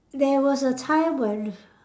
there was a time when